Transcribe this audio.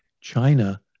China